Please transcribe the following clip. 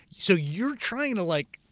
so you're trying to like.